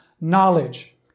knowledge